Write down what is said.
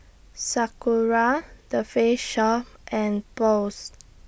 Sakura The Face Shop and Post